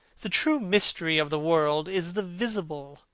the true mystery of the world is the visible,